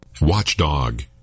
watchdog